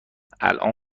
الان